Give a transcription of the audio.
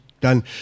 done